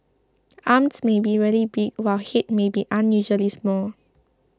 arms may be really big while head may be unusually small